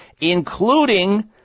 including